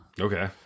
Okay